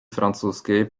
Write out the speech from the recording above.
francuskiej